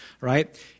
right